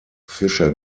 fische